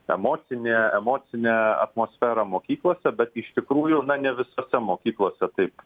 emocinę emocinę atmosferą mokyklose bet iš tikrųjų na ne visose mokyklose taip